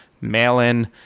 mail-in